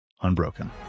unbroken